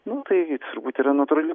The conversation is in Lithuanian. nu tai turbūt yra natūrali